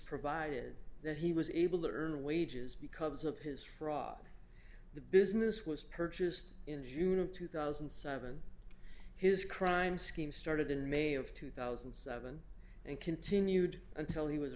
provided that he was able to earn wages because of his fraud the business was purchased in june of two thousand and seven his crime scheme started in may of two thousand and seven and continued until he was